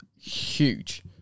Huge